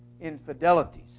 infidelities